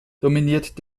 dominiert